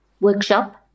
workshop